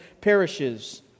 perishes